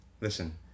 Listen